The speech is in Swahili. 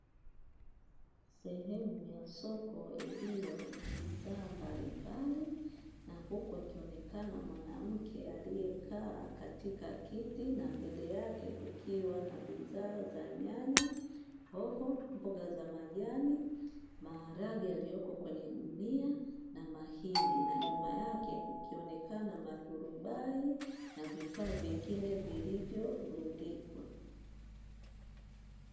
Sehemu ya soko iliyo na bidhaa mbalimbali na huku akionekana mwanamke aliyekaa katika kiti na mbele yake kukiwa na bidhaa za nyanya, hoho, mboga za majani, maharage yaliyoko kwenye gunia na mahindi na nyuma yake kukionekana maturubai na vifaa vingine vilivyorundikwa.